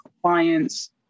clients